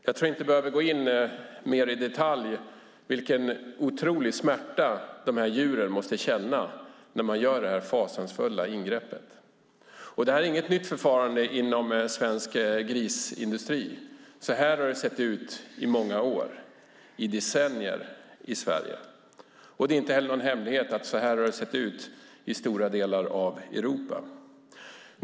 Jag tror inte att vi behöver gå in mer i detalj på vilken otrolig smärta dessa djur måste känna när man gör detta fasansfulla ingrepp. Det här är inget nytt förfarande inom svensk grisindustri. Så här har det sett ut i decennier i Sverige. Det är inte heller någon hemlighet att det har sett ut så här i stora delar av Europa.